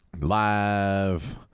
live